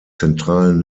zentralen